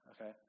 okay